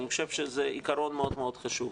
אני חושב שזה עיקרון מאוד מאוד חשוב.